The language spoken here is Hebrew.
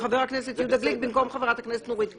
חבר הכנסת יהודה גליק במקום חברת הכנסת נורית קורן.